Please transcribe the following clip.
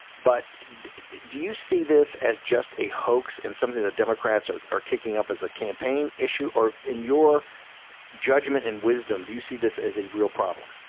but do you see this as just a hoax and something the democrats are kicking up as a campaign issue? or in your judgment and wisdom, do you see this as a real problem?